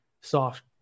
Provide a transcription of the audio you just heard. soft